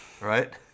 right